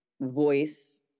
voice